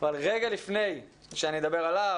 רגע לפני שאדבר על הנושא,